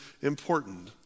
important